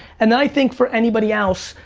and then i think for anybody else,